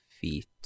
feet